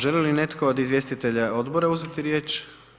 Želi li netko od izvjestitelja odbora uzeti riječ?